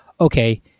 okay